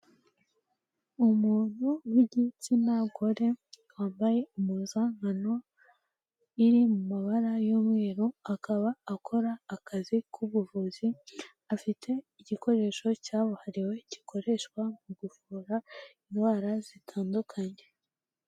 Umuntu w'igitsina gore wambaye impuzankano iri mu mabara y'umweru akaba akora akazi k'ubuvuzi afite igikoresho cyabuhariwe gikoreshwa mu gu kuvura indwara zitandukanye.